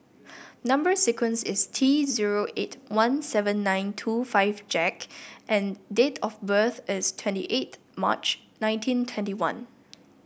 number sequence is T zero eight one seven nine two five Jack and date of birth is twenty eighth March nineteen twenty one